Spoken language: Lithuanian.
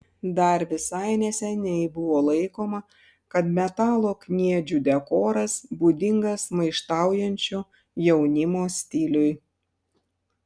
dar visai neseniai buvo laikoma kad metalo kniedžių dekoras būdingas maištaujančio jaunimo stiliui